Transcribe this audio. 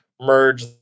merge